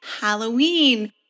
Halloween